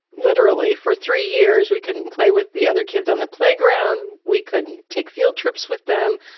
literally. for three years, we couldn't play with the other kids on the playground. we couldn't take field trips with them.